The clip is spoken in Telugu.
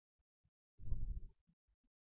బై